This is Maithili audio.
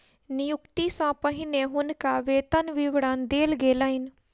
नियुक्ति सॅ पहिने हुनका वेतन विवरण देल गेलैन